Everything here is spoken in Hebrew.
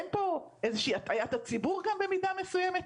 אין פה איזושהי הטעיית הציבור גם במידה מסוימת?